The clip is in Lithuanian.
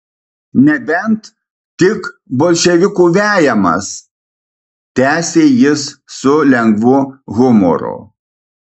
nebent tik bolševikų vejamas tęsė jis su lengvu humoru